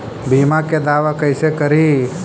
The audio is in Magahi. बीमा के दावा कैसे करी?